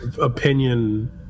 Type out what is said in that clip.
opinion